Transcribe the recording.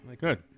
Good